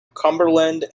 cumberland